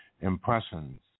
impressions